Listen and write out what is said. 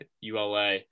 ULA